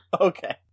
Okay